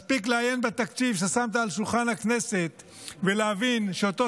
מספיק לעיין בתקציב ששמת על שולחן הכנסת ולהבין שאותו